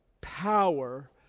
power